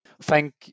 Thank